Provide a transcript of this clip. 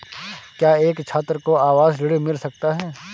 क्या एक छात्र को आवास ऋण मिल सकता है?